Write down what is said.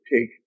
take